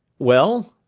well!